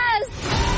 Yes